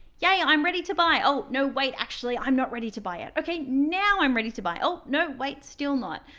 yeah, i'm ready to buy. oh, no, wait, actually i'm not ready to buy yet. ok, now i'm ready to buy. oh, no, wait, still not.